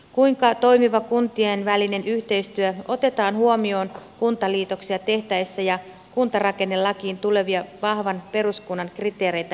kuinka toimiva kuntien välinen yhteistyö otetaan huomioon kuntaliitoksia tehtäessä ja kuntarakennelakiin tulevia vahvan peruskunnan kriteereitä määriteltäessä